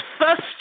first